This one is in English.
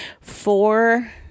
four